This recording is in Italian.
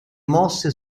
mosse